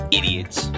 idiots